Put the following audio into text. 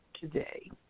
Today